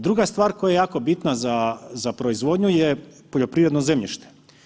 Druga stvar koja je jako bitna za proizvodnju je poljoprivredno zemljište.